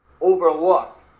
overlooked